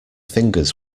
fingers